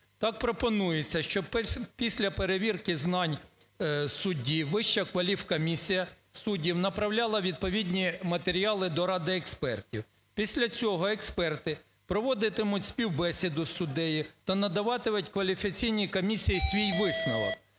Так пропонується, щоб після перевірки знань судді Вища кваліфкомісія суддів направляла відповідні матеріали до Ради експертів. Після цього експерти проводитимуть співбесіду з суддею та надаватимуть кваліфікаційній комісії свій висновок.